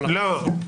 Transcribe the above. לא.